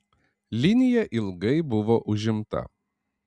linija ilgai buvo užimta